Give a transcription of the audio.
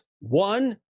one